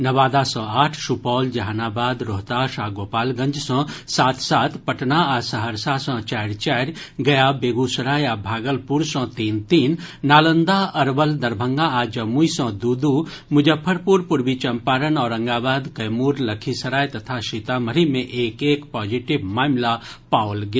नवादा सँ आठ सुपौल जहानाबाद रोहतास आ गोपालगंज सँ सात सात पटना आ सहरसा सँ चारि चारि गया बेगूसराय आ भागलपुर सँ तीन तीन नालन्दा अरवल दरभंगा अ जमुई सँ दू दू मुजफ्फरपुर पूर्वी चंपारण औरंगाबाद कैमूर लखीसराय तथा सीतामढ़ी मे एक एक पॉजिटिव मामिला पाओल गेल